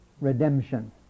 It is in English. redemption